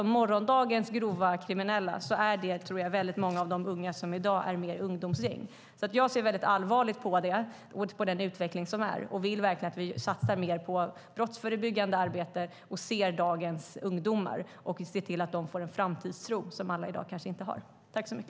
Morgondagens grova kriminella är, tror jag, många av de unga som i dag är med i ungdomsgäng. Jag ser väldigt allvarligt på den utvecklingen och vill verkligen att vi satsar mer på brottsförebyggande arbete och ser dagens ungdomar och ser till att de får en framtidstro som alla kanske inte har i dag.